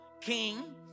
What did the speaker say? king